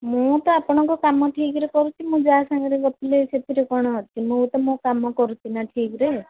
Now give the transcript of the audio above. ମୁଁ ତ ଆପଣଙ୍କୁ କାମ ଠିକ୍ରେ କରୁଛି ମୁଁ ଯାହା ସାଙ୍ଗରେ ଗପିଲେ ସେଥିରେ କ'ଣ ଅଛି ମୁଁ ତ ମୋ କାମ କରୁଛି ନା ଠିକ୍ରେ